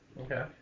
Okay